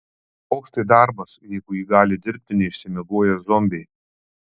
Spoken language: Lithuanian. koks tai darbas jeigu jį gali dirbti neišsimiegoję zombiai